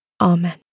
Amen